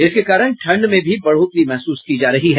इसके कारण ठंड में भी बढ़ोतरी महसूस की जा रही है